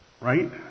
right